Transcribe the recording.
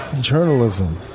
journalism